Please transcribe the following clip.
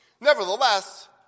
Nevertheless